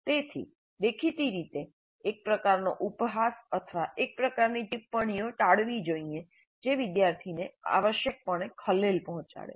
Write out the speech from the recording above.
તેથી દેખીતી રીતે એક પ્રકારનો ઉપહાસ અથવા એક પ્રકારની ટિપ્પણીઓ ટાળવી જોઈએ જે વિદ્યાર્થીને આવશ્યકપણે ખલેલ પહોંચાડે